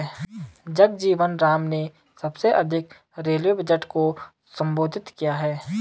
जगजीवन राम ने सबसे अधिक रेलवे बजट को संबोधित किया है